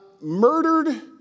murdered